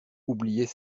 oubliait